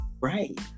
right